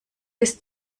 bis